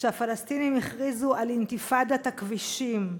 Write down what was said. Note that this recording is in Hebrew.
שהפלסטינים הכריזו על אינתיפאדת הכבישים.